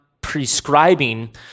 prescribing